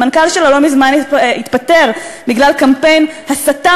המנכ"ל שלה לא מזמן התפטר בגלל קמפיין הסתה